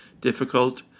difficult